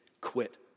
quit